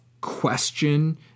question